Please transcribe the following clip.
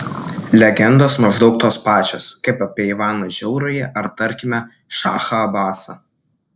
legendos maždaug tos pačios kaip apie ivaną žiaurųjį ar tarkime šachą abasą